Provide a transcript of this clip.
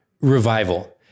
revival